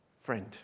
friend